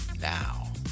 Now